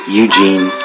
Eugene